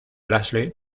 leslie